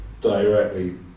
directly